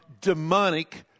demonic